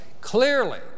Clearly